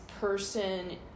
person